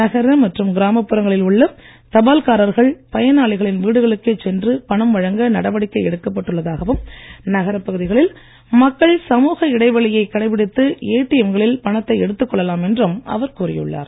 நகர மற்றும் கிராமப்புறங்களில் உள்ள தபால்காரர்கள் பயனாளிகளின் வீடுகளுக்கே சென்று பணம் வழங்க நடவடிக்கை எடுக்கப் பட்டுள்ளதாகவும் நகர பகுதிகளில் மக்கள் சமூக இடைவெளியை கடைபிடித்து ஏடிஎம் களில் பணத்தை எடுத்துக் கொள்ளலாம் என்றும் அவர் கூறியுள்ளார்